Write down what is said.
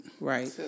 Right